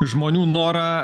žmonių norą